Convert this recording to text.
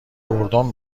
گردن